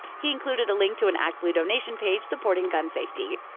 he included a link to an actblue donation page supporting gun safety.